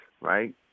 right